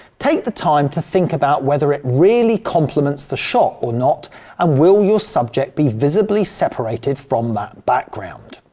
take the time to think about whether it really complements the shot or not and will your subject be visibly separated from that background.